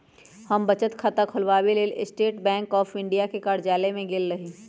हम बचत खता ख़ोलबाबेके लेल स्टेट बैंक ऑफ इंडिया के कर्जालय में गेल रही